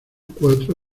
cuatro